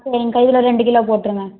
சரிங்க்கா இதில் ரெண்டு கிலோ போட்டுடுங்க